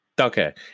Okay